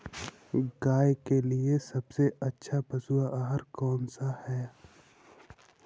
गाय के लिए सबसे अच्छा पशु आहार कौन सा है?